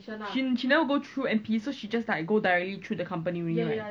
she never go through N_P so she just like go directly through the company only right